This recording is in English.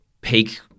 peak